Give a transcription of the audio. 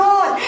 God